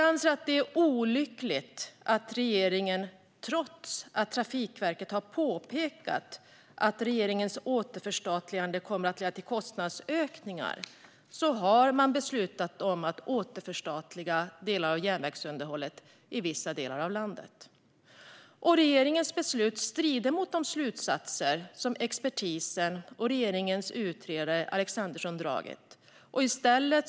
Det är olyckligt att regeringen har beslutat att återförstatliga delar av järnvägsunderhållet i vissa delar av landet, trots att Trafikverket har påpekat att regeringens återförstatligande kommer att leda till kostnadsökningar. Regeringens beslut strider mot de slutsatser som expertisen och regeringens utredare, Gunnar Alexandersson, har dragit.